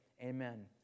Amen